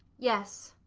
yes,